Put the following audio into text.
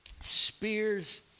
spears